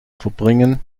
verbringen